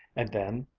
and then,